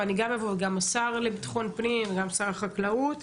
ואני גם אבוא וגם השר לבטחון פנים וגם שר החקלאות,